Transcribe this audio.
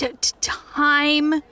time